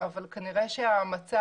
אבל כנראה שהמצב